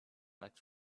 next